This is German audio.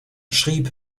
schrieb